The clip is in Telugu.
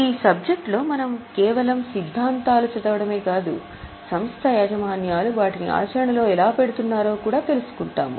ఈ సబ్జెక్ట్లో మనము కేవలం సిద్ధాంతాలు చదవడమే కాదు సంస్థ యాజమాన్యాలు వాటిని ఆచరణలో ఎలా పెడుతున్నారో కూడా తెలుసుకుంటాం